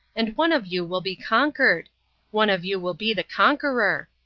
and one of you will be conquered one of you will be the conqueror.